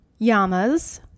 Yamas